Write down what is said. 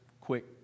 quick